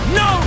no